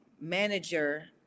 manager